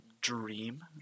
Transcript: Dream